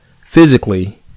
Physically